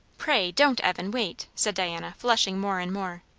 pray don't, evan. wait, said diana, flushing more and more.